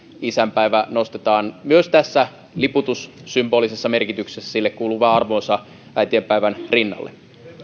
isänpäivä nostetaan myös tässä liputussymbolisessa merkityksessä sille kuuluvaan arvoonsa äitienpäivän rinnalle